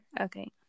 okay